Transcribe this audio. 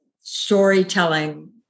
storytelling